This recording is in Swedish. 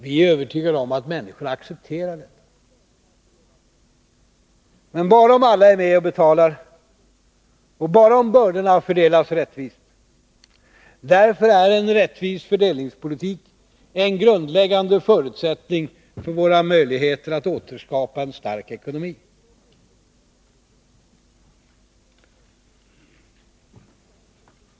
Vi är övertygade om att människorna accepterar detta — men bara om alla är med och betalar, och bara om bördorna fördelas rättvist. Därför är en rättvis fördelningspolitik en grundläggande förutsättning för våra möjligheter att återskapa en stark ekonomi.